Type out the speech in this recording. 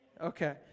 Okay